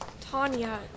Tanya